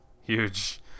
huge